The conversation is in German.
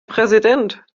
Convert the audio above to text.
präsident